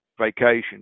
vacation